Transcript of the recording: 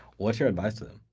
what's your advice to them?